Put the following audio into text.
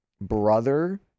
brother